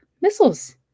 missiles